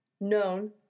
known